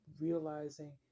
realizing